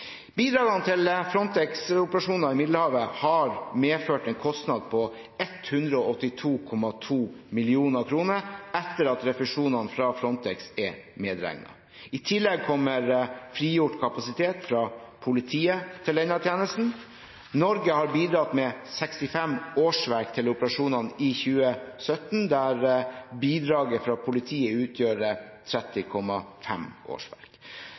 Bidragene til Frontex’ operasjoner i Middelhavet har medført en kostnad på 182,2 mill. kr etter at refusjonene fra Frontex er medregnet. I tillegg kommer frigjort kapasitet fra politiet til denne tjenesten. Norge har bidratt med 65 årsverk til operasjonene i 2017, der bidraget fra politiet utgjør 30,5 årsverk.